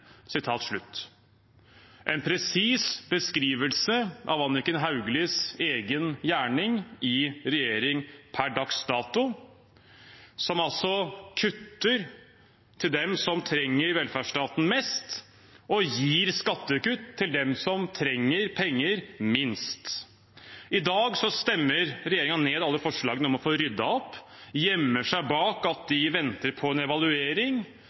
en presis beskrivelse av Anniken Hauglies egen gjerning i regjering per dags dato, som altså kutter til dem som trenger velferdsstaten mest, og gir skattekutt til dem som trenger penger minst. I dag stemmer regjeringen ned alle forslagene om å få ryddet opp og gjemmer seg bak at de venter på en evaluering.